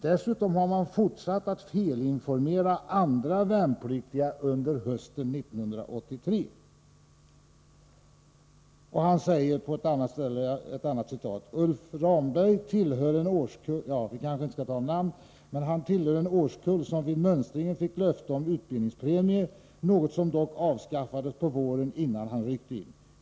Dessutom har man fortsatt att felinformera andra värnpliktiga under hösten 1983 —---.” På ett annat ställe i artikeln sägs om en av de värnpliktiga — vi kanske inte skall nämna namn — att han ”tillhör en årskull som vid mönstringen fick löfte om utbildningspremie, något som dock avskaffades på våren innan han ryckte in.